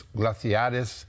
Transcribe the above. glaciares